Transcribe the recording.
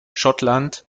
schottland